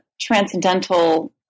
transcendental